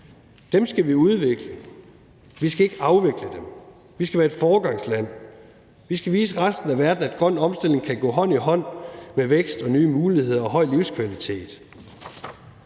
dem skal vi udvikle, vi skal ikke afvikle dem. Vi skal være et foregangsland. Vi skal vise resten af verden, at grøn omstilling kan gå hånd i hånd med vækst og nye muligheder og høj livskvalitet.